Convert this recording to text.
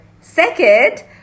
Second